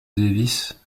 davis